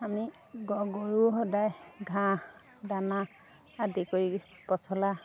আমি গা গৰু সদায় ঘাঁহ দানা আদি কৰি পচলা